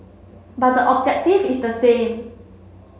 but the objective is the same